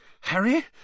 Harry